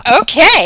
okay